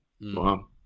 Wow